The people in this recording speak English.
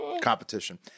competition